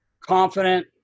confident